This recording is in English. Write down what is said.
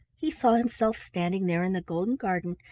he saw himself standing there in the golden garden,